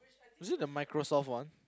is it the Microsoft one